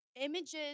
images